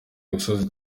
gusoza